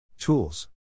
Tools